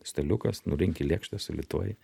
staliukas nurenki lėkštes sulituoji